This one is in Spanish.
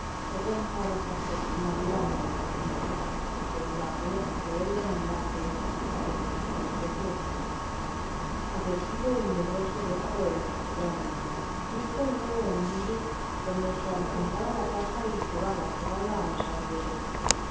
no pensaba dejar persona viva en el castillo eceto aquellas que él le mandase a quien por su respeto dejaría advertido y medroso desto el castellano trujo luego un libro donde asentaba la paja y cebada que daba a los arrieros